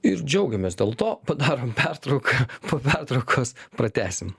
ir džiaugiamės dėl to padarom pertrauką po pertraukos pratęsim